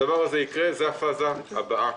הדבר הזה יקרה, זו הפאזה הבאה.